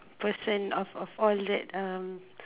person of of all that um